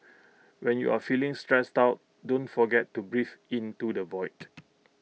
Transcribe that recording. when you are feeling stressed out don't forget to breathe into the void